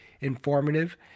informative